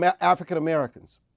African-Americans